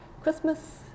Christmas